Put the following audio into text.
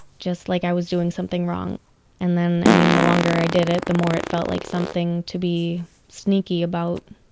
just like i was doing something wrong and then i mean, the longer i did it, the more it felt like something to be sneaky about